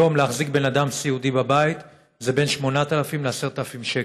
היום להחזיק בן אדם סיעודי בבית זה בין 8,000 ל-10,000 שקל.